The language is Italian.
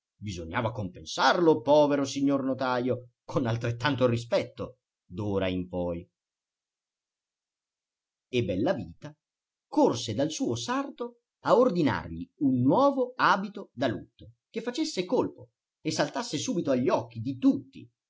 bisognava compensarlo povero signor notajo con altrettanto rispetto d'ora in poi e bellavita corse dal suo sarto a ordinargli un nuovo abito da lutto che facesse colpo e saltasse subito agli occhi di tutti